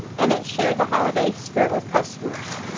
and it's share the holiday spirit with customers.